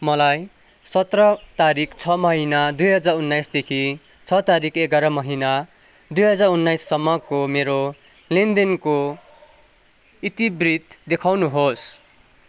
मलाई सत्र तारिक छ महिना दुई हजार उन्नाइसदेखि छ तारिक एघार महिना दुई हजार उन्नाइससम्मको मेरो लेनदेनको इतिवृत्त देखाउनुहोस्